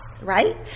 right